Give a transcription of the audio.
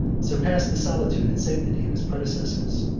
surpassed the solitude and sanctity of his predecessors.